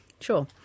Sure